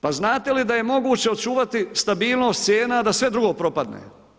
Pa znate li da je moguće očuvati stabilnost cijena, a da sve drugo propadne?